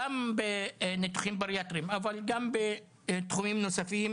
גם בניתוחים בריאטריים אבל גם בתחומים נוספים